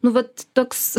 nu vat toks